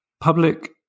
Public